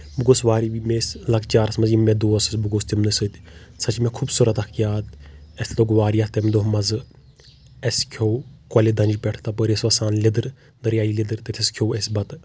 بہٕ گووس واری مےٚ ٲس لوکچارس منٛز یِم مےٚ دوس بہٕ گوٚوس تِمنےٕ سۭتۍ سۄ چھےٚ مےٚ خوٗبصوٗرت اکھ یاد اَسہِ لوٚگ واریاہ تٔمہِ دۄہ مزٕ اَسہِ کھیوٚو کۄلہِ دنٛجہِ پٮ۪ٹھ تپأرۍ أس وسان لِدٕر دٔرۍ یایہِ لِدٕر تَتٮ۪س کھیوٚو اَسہِ بَتہٕ